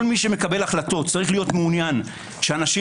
כל מי שמקבל החלטות צריך להיות מעוניין שהאנשים